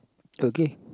okay